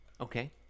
Okay